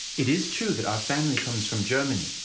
it is true that our family comes from germany,